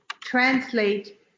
translate